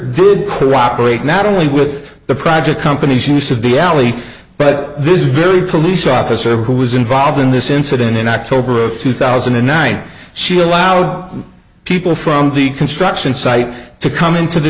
cooperate not only with the project company's use of the alley but this very police officer who was involved in this incident in october of two thousand and nine she allowed people from the construction site to come into the